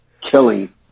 killing